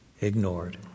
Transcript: ignored